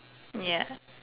ya